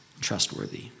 trustworthy